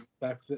back